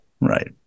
Right